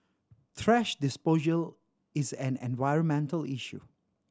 thrash disposal is an environmental issue